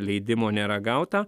leidimo nėra gauta